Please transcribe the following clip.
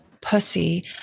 Pussy